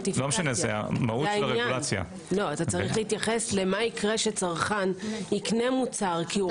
אתה צריך להתייחס למה יקרה כשצרכן יקרה מוצר כי הוא